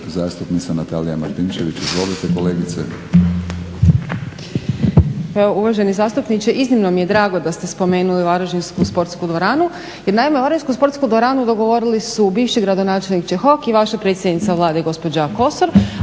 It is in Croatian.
zastupnica Natalija Martinčević. Izvolite kolegice.